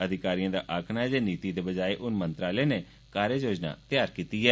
अधिकारियें दा आक्खना ऐ जे नीति दे बजाय हन मंत्रालय न कार्ययोजना त्यार कीती ऐ